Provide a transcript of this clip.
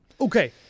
okay